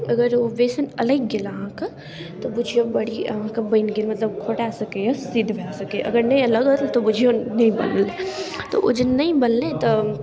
अगर ओ बेसन अलगि गेल अहाँके तऽ बुझिऔ बड़ी अहाँके बनि गेल मतलब खोँटा सकैए सिद्ध भऽ सकैए अगर नहि अलगल तऽ बुझिऔ नहि बनल तऽ ओ जे नहि बनलै तऽ